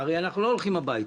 הרי אנחנו לא הולכים הביתה.